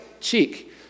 cheek